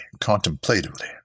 contemplatively